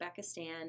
Uzbekistan